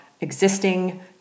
existing